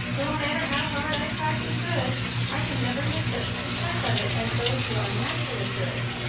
no matter how hard i try to be good i can never make such a success of it as those who are naturally good.